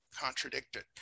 Contradicted